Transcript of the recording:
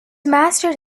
mastered